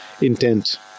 intent